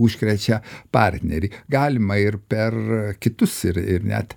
užkrečia partnerį galima ir per kitus ir ir net